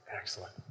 Excellent